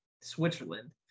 switzerland